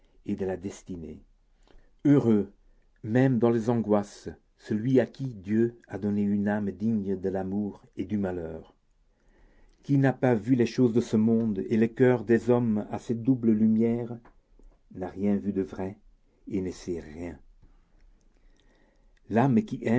et de la destinée heureux même dans les angoisses celui à qui dieu a donné une âme digne de l'amour et du malheur qui n'a pas vu les choses de ce monde et le coeur des hommes à cette double lumière n'a rien vu de vrai et ne sait rien l'âme qui